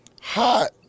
Hot